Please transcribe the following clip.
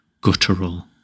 guttural